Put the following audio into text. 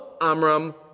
Amram